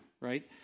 right